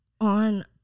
On